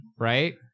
right